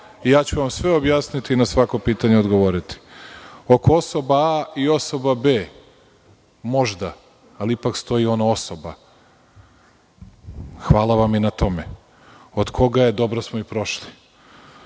i ja ću vam sve objasniti i na svako pitanje odgovoriti. Oko osoba A i osoba B, možda, ali ipak stoji ono „osoba“, hvala vam i na tome. Od koga je, dobro smo i prošli. Što